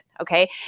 Okay